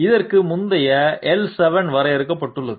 இதற்கு முந்தைய l 7 வரையறுக்கப்பட்டுள்ளது